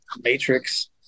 matrix